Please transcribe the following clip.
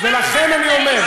ולכן אני אומר,